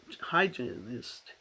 hygienist